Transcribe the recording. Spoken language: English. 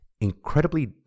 incredibly